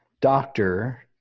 doctor